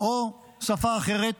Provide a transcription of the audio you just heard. או שפה אחרת,